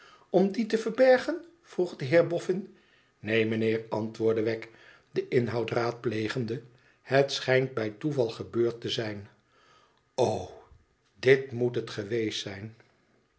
om die te verbergen vroeg de heer boffin neen mijnheer antwoordde wegg den inhoud raadplegende ihet schijnt bij toeval gebeurd te zijn o dit moet het geweest zijn